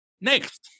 next